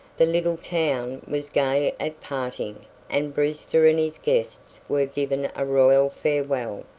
the little town was gay at parting and brewster and his guests were given a royal farewell.